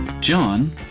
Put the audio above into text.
John